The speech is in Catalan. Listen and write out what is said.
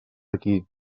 aquí